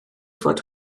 fod